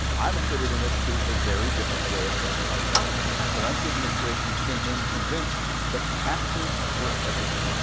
i'm attributing it to a very different way of thinking about policy. the pawlenty administration came in convinced that taxes were everything.